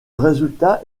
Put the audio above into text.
résultat